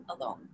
alone